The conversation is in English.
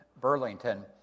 Burlington